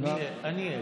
אני עד.